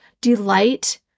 delight